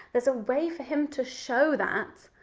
there's a way for him to show that.